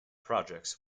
projects